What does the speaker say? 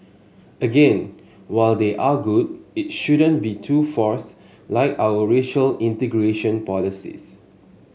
again while they are good it shouldn't be too forced like our racial integration policies